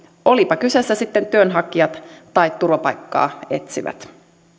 olivatpa kyseessä sitten työnhakijat tai turvapaikkaa etsivät